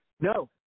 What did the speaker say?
No